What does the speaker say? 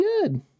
good